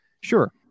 sure